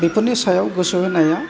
बेफोरनि सायाव गोसो होनाया